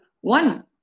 one